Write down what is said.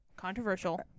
controversial